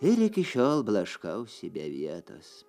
ir iki šiol blaškausi be vietos